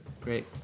great